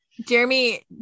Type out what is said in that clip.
Jeremy